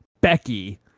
Becky